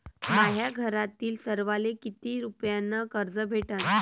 माह्या घरातील सर्वाले किती रुप्यान कर्ज भेटन?